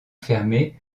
fermée